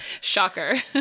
Shocker